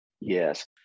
Yes